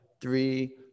three